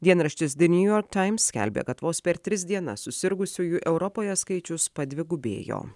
dienraštis de niujork taims skelbia kad vos per tris dienas susirgusiųjų europoje skaičius padvigubėjo